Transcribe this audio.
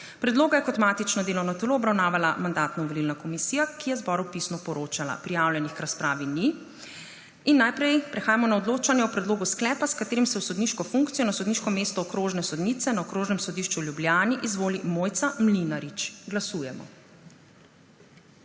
Predloga je kot matično delovno telo obravnavala Mandatno-volilna komisija, ki je zboru pisno poročala. Prijavljenih k razpravi ni. Najprej prehajamo na odločanje o predlogu sklepa, s katerim se v sodniško funkcijo na sodniško mesto okrožne sodnice na Okrožnem sodišču v Ljubljani izvoli Mojca Mlinarič. Glasujemo.